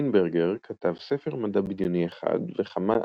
לינברגר כתב ספר מדע בדיוני אחד וכמה